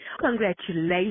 congratulations